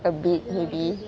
a bit maybe